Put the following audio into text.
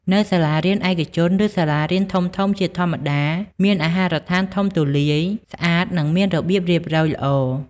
នៅសាលារៀនឯកជន ឬសាលារៀនធំៗជាធម្មតា មាន អាហារដ្ឋាន ធំទូលាយ ស្អាត និងមានរបៀបរៀបរយល្អ។